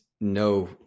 no